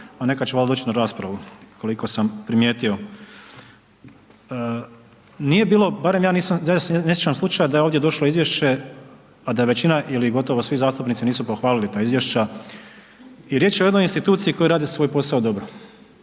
a neka će valjda doći u raspravu koliko sam primijetio. Nije bilo, barem ja nisam, ja se ne sjećam slučaja da je ovdje došlo izvješće, a da većina ili gotovo svi zastupnici nisu pohvalili ta izvješća i riječ je o jednoj instituciji koja radi svoj posao dobro.